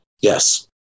Yes